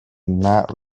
not